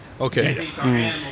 Okay